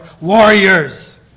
Warriors